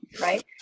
right